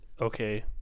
Okay